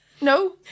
No